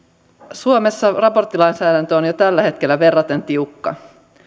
suomessa aborttilainsäädäntö on jo tällä hetkellä verraten tiukka